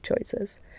choices